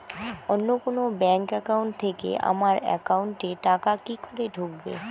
অন্য কোনো bank account থেকে আমার একাউন্ট এ টাকা কি করে ঢুকবে?